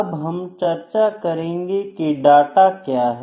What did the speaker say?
अब हम चर्चा करेंगे कि डाटा क्या है